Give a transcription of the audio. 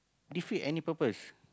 defeat any purpose